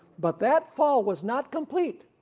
but that fall was not complete.